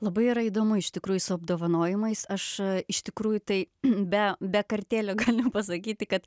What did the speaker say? labai yra įdomu iš tikrųjų su apdovanojimais aš iš tikrųjų tai be be kartėlio galiu pasakyti kad